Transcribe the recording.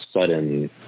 sudden